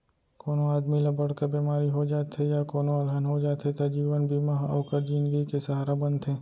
कोनों आदमी ल बड़का बेमारी हो जाथे या कोनों अलहन हो जाथे त जीवन बीमा ह ओकर जिनगी के सहारा बनथे